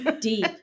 deep